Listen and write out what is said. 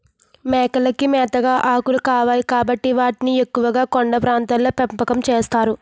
మేకలకి మేతగా ఆకులు కావాలి కాబట్టి వాటిని ఎక్కువుగా కొండ ప్రాంతాల్లో పెంపకం చేస్తారు